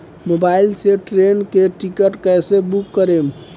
Mobile से train के ticket कैसे बूक करेम?